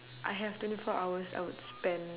I have twenty four hours I would spend